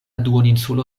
duoninsulo